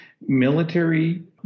military